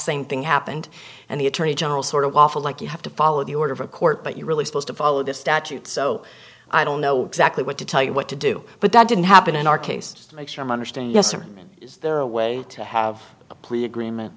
same thing happened and the attorney general sort of waffle like you have to follow the order of a court but you're really supposed to follow this statute so i don't know exactly what to tell you what to do but that didn't happen in our case to make sure my understand yes or is there a way to have a plea agreement